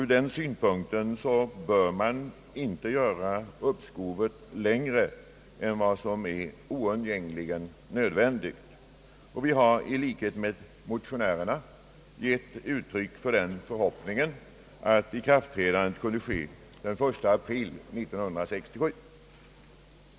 Ur den synpunkten bör man inte göra uppskovet längre än vad som är oundgängligen nödvändigt. Vi har i likhet med motionärerna uttryckt den förhoppningen att ikraftträdandet kunde ske den 1 april 1967.